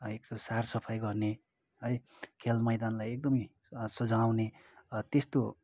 यसो सर सफाई गर्ने है खेल मैदानलाई एकदमै सजाउने त्यस्तो